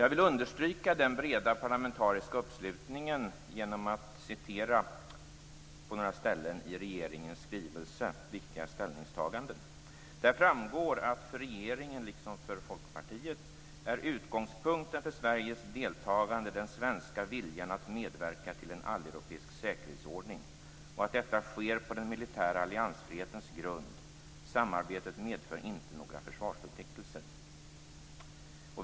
Jag vill understryka den breda parlamentariska uppslutningen genom att citera några ställen ur regeringens skrivelse om viktiga ställningstaganden. Där framgår att utgångspunkten för Sveriges deltagande för regeringen, liksom för Folkpartiet, är den svenska viljan att medverka till en alleuropeisk säkerhetsordning och att detta sker på den militära alliansfrihetens grund. Samarbetet medför inte några fösvarsförpliktelser.